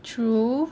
true